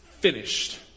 finished